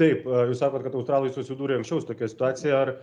taip a jūs sakot kad australai susidūrė ir anksčiau su tokia situacija ar